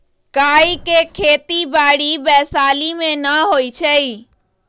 काइ के खेति बाड़ी वैशाली में नऽ होइ छइ